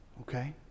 Okay